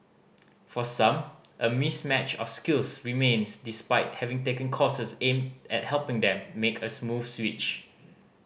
for some a mismatch of skills remains despite having taken courses aimed at helping them make a smooth switch